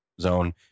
zone